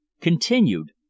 continued